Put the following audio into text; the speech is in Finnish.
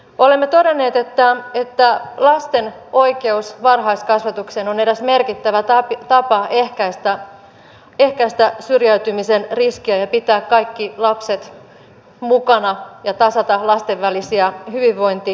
olemme todenneet että lasten oikeus varhaiskasvatukseen on eräs merkittävä tapa ehkäistä syrjäytymisen riskiä pitää kaikki lapset mukana ja tasata lasten välisiä hyvinvointieroja